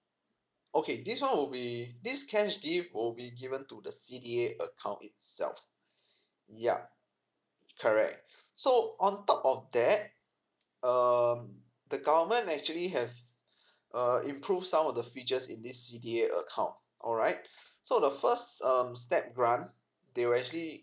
okay this one will be this cash gift would be given to the C_D_A account itself yup correct so on top of that um the government actually has err improved some of the features in this C_D_A account alright so the first um step run they will actually